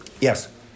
Yes